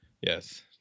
Yes